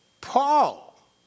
Paul